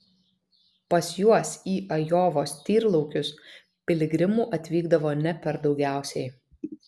pas juos į ajovos tyrlaukius piligrimų atvykdavo ne per daugiausiai